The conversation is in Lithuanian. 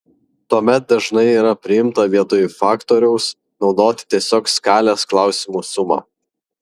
tuomet dažnai yra priimta vietoj faktoriaus naudoti tiesiog skalės klausimų sumą